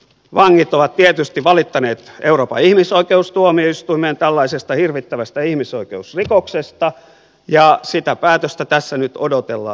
vangit ovat tietysti valittaneet euroopan ihmisoikeustuomioistuimeen tällaisesta hirvittävästä ihmisoikeusrikoksesta ja sitä päätöstä tässä nyt odotellaan